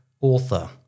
author